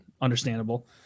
understandable